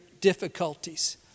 difficulties